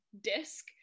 disc